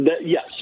Yes